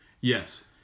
Yes